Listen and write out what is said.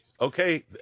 Okay